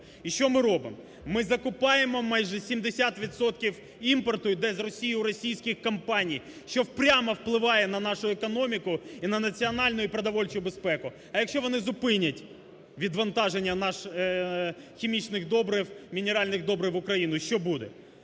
І що ми робимо? Ми закупаємо майже 70 відсотків імпорту, йде з Росії, у російських компаній, що прямо впливає на нашу економіку і на національну, і продовольчу безпеку. А якщо вони зупинять відвантаження хімічних добрив, мінеральних добрив в Україну, що буде?